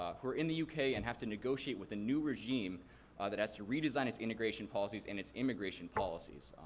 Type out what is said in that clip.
um who are in the uk and have to negotiate with a new regime that has to redesign its integration policies and its immigration policies.